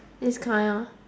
this kind orh